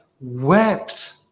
wept